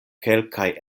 kelkaj